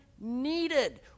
needed